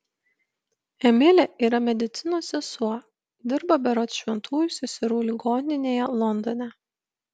emilė yra medicinos sesuo dirba berods šventųjų seserų ligoninėje londone